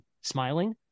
smiling